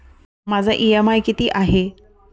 माझा इ.एम.आय किती आहे?